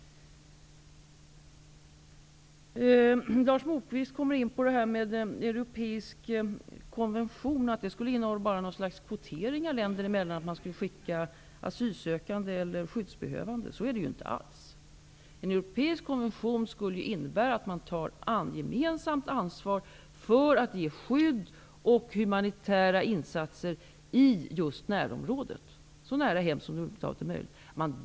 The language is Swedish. Lars Moquist talade om att en europeisk konvention bara skulle innebära en kvotering länderna emellan när det gäller att skicka asylsökande eller skyddsbehövande. Så är det inte alls. En europeisk konvention skulle betyda att man tar gemensamt ansvar för att ge skydd och för humanitära insatser i närområdet, så nära hemorten som det över huvud taget är möjligt.